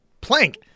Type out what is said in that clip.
Plank